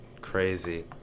crazy